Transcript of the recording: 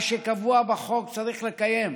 מה שקבוע בחוק צריך לקיים,